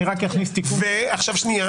רק אכניס תיקון --- שנייה.